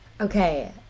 Okay